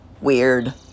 weird